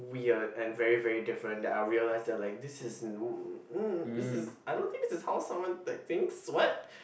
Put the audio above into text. weird and very very different that I realised that like this is this is I don't think this is how someone like thinks what